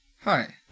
Hi